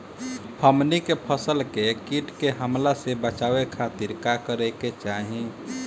हमनी के फसल के कीट के हमला से बचावे खातिर का करे के चाहीं?